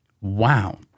Wow